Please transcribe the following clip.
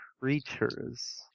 creatures